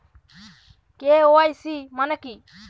KYC মানে কী?